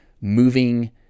moving